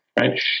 right